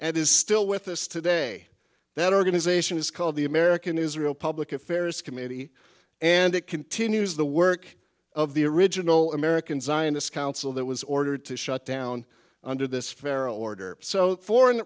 and is still with us today that organization is called the american israel public affairs committee and it continues the work of the original american zionist council that was ordered to shut down under this farrel order so that foreign